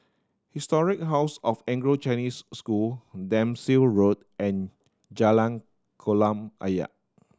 Historic House of Anglo Chinese School Dempsey Road and Jalan Kolam Ayer